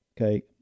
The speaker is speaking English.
Okay